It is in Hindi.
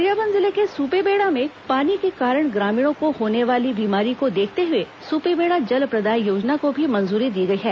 गरियाबंद जिले के सुपेबेड़ा में पानी के कारण ग्रामीणों को होने वाली बीमारी को देखते हुए सुपेबेड़ा जलप्रदाय योजना को भी मंजूरी दी गई है